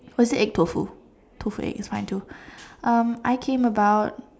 was it egg tofu tofu egg is fine too um I came about